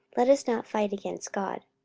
let us not fight against god.